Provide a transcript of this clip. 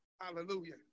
Hallelujah